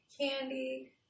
candy